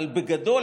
בגדול,